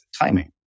timing